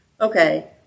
okay